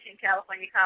California